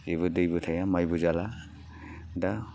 जेबो दैबो थाया माइबो जाला दा